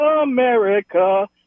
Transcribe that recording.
America